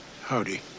Howdy